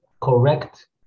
correct